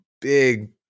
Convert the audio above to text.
big